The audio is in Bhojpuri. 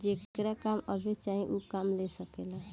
जेकरा काम अब्बे चाही ऊ काम ले सकेला